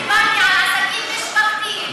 דיברתי על עסקים משפחתיים.